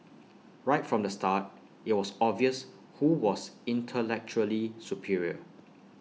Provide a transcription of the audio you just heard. right from the start IT was obvious who was intellectually superior